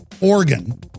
organ